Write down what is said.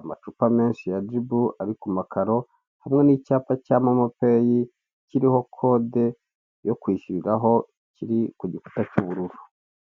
amacupa menshi ya jibu ari ku makaro, hamwe n'icyapa cya momopeyi kiriho kode yo kwishyuriraho kiri ku gikuta cy'ubururu.